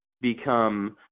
become